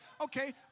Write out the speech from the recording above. Okay